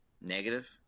Negative